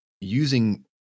using